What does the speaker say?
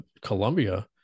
Columbia